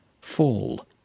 Fall